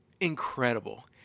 incredible